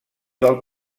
del